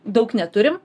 daug neturim